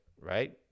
right